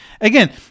Again